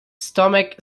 stomach